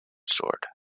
sword